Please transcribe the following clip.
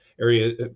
area